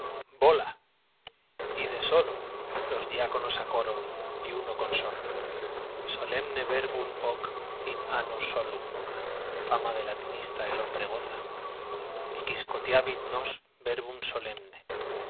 bola y de solo los diáconos á coro y uno con sorna í solenne verbum hoc in anuo solum fama de latinista el hombre goza niquiscotiavit nos verbum solenne